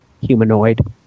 Humanoid